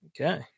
Okay